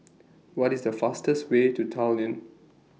What IS The fastest Way to Tallinn